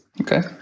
Okay